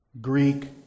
Greek